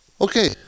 Okay